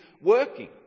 working